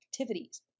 activities